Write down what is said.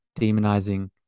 demonizing